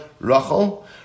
Rachel